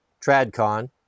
Tradcon